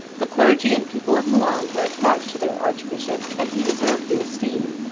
the clergy and people of milan were attached to their archbishop and he deserved the esteem,